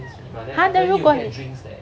!huh! then 如果